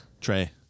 Trey